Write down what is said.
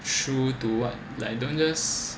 true to what like you don't just